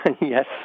Yes